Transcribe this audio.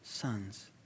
sons